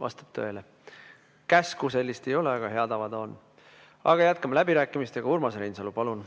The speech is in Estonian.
vastab tõele. Käsku sellist ei ole, aga hea tava see on. Aga jätkame läbirääkimistega. Urmas Reinsalu, palun!